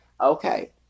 Okay